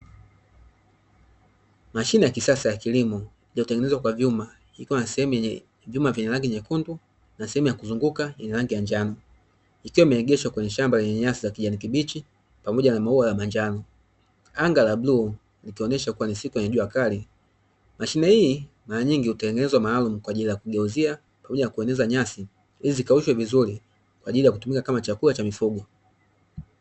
Mashine ya kisasa ya kilimo iliyotengezwa kwa vyuma, ikiwa na sehemu yenye vyuma vya rangi nyekundu na sehemu ya kuzunguka. Ina rangi ya njano, ikiwa imeegeswa kwenye shamba lenye nyasi za kijani kibichi pamoja na maua ya manjano. Anga la bluu likionyesha kuwa ni siku yenye jua kali. Mashine hii mara nyingi hutengenezwa maalumu kwa ajili ya kugeuzia nyasi ili zikaushwe vizuri kwa ajili ya kutumika kama chakula cha mifugo.